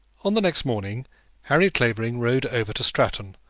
on the next morning harry clavering rode over to stratton,